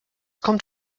kommt